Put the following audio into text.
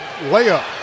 layup